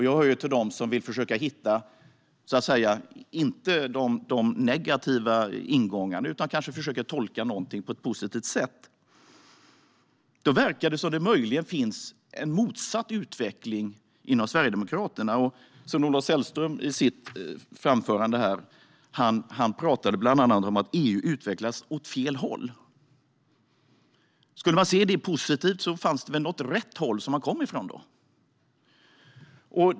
Jag vill inte försöka hitta de negativa ingångarna utan i stället tolka saker på ett positivt sätt. Det verkar som att utvecklingen inom Sverigedemokraterna möjligen är den motsatta. I sitt anförande talade Sven-Olof Sällström bland annat om att EU utvecklas åt fel håll. Om vi ser positivt på detta fanns det alltså ett rätt håll som man kom ifrån.